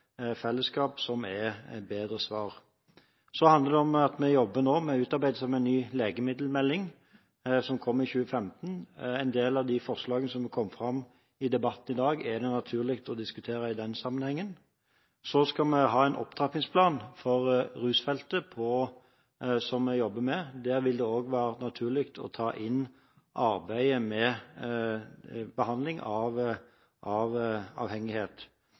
fellesskap, et bedre svar. Det handler også om at vi nå jobber med å utarbeide en ny legemiddelmelding, som kommer i 2015. En del av de forslagene som er kommet fram i debatten i dag, er det naturlig å diskutere i den sammenhengen. Jeg jobber også med en opptrappingsplan for rusfeltet. Der vil det være naturlig å ta inn arbeidet med behandling av avhengighet. Dette handler også om å bedre tilbudet til mennesker med smertelidelser, noe som er en del av